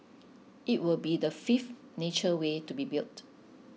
it will be the fifth nature way to be built